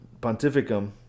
pontificum